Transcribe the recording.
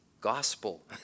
gospel